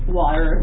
water